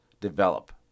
develop